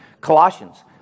Colossians